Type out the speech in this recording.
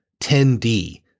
10D